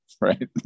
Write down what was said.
right